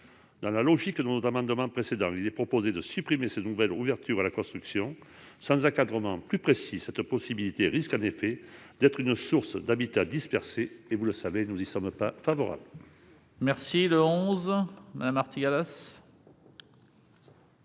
Dans la logique de nos amendements précédents, nous proposons de supprimer ces nouvelles ouvertures à la construction. En effet, sans encadrement plus précis, cette possibilité risque d'être la source d'un habitat dispersé, auquel, vous le savez, nous ne sommes pas favorables.